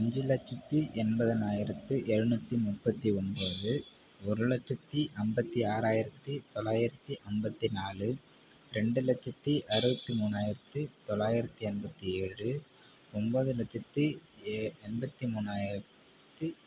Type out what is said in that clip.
அஞ்சு லட்சத்தி எண்பதனாயிரத்தி எழுநூற்றி முப்பத்தி ஒன்போது ஒரு லட்சத்தி ஐம்பத்தி ஆறாயிரத்தி தொள்ளாயிரத்தி அம்பத்தி நாலு ரெண்டு லட்சத்தி அறுபத்தி மூணாயிரத்தி தொள்ளாயிரத்தி எண்பத்தி ஏழு ஒன்போது லட்சத்தி எண்பத்தி மூணாயிரத்தி